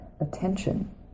attention